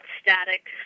static